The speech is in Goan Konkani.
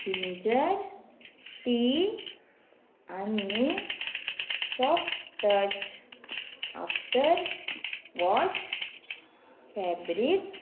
जिंजर टी आनी soft touch after wash fabric